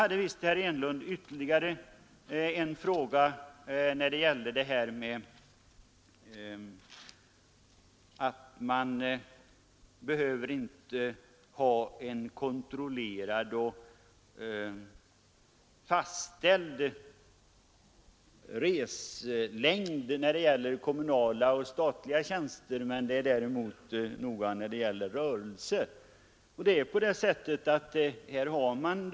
Herr Enlund hade visst ytterligare en fråga beträffande det förhållandet, att man för kommunala och statliga tjänster inte behöver ha en kontrollerad och fastställd reslängd, medan det är noga med den saken när det gäller enskilda företag.